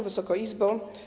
Wysoka Izbo!